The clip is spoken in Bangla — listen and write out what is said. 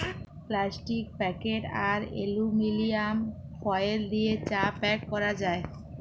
প্লাস্টিক প্যাকেট আর এলুমিলিয়াম ফয়েল দিয়ে চা প্যাক ক্যরা যায়